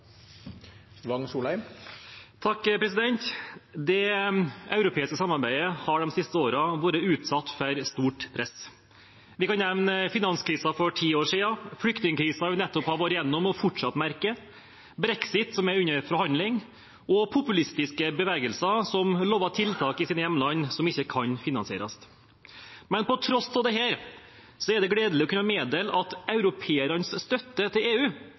Det europeiske samarbeidet har de siste årene vært utsatt for stort press. Vi kan nevne finanskrisen for ti år siden, flyktningkrisen vi nettopp har vært igjennom og fortsatt merker, brexit, som er under forhandling, og populistiske bevegelser som lover tiltak i sine hjemland, som ikke kan finansieres. På tross av dette er det gledelig å kunne meddele at europeernes støtte til EU